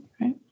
right